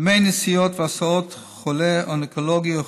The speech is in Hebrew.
"דמי נסיעות והסעות חולה אונקולוגי או